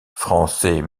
français